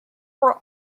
were